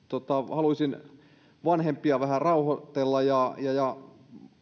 haluaisin vanhempia vähän rauhoitella ja ja